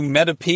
MetaP